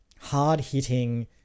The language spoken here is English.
hard-hitting